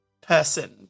person